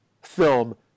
film